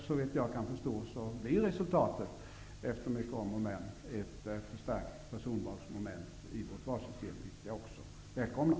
Såvitt jag kan förstå blir resultatet -- efter mycket om och men -- ett förstärkt personvalsmoment i valsystemet, vilket också jag välkomnar.